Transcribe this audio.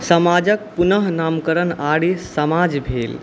समाजके पुनः नामकरण आर्य समाज भेल